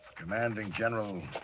commanding general